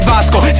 Vasco